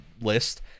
list